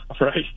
right